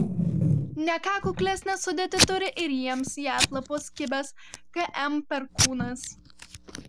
ne ką kuklesnę sudėtį turi ir jiems į atlapus kibęs km perkūnas